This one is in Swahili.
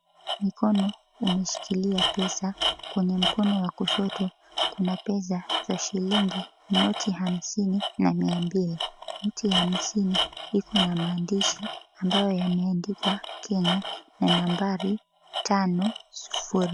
Mikono imeshikilia pesa kwenye mkono wa kushoto kuna lesa za shilingi noti hamsini na mia mbili noti ya hamsini inayo maandishi ambayo yameandikwa Kenya na nambari 50.